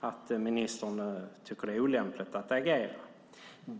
att ministern tycker att det är olämpligt att agera.